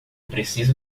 preciso